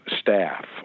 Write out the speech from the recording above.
staff